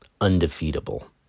undefeatable